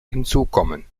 hinzukommen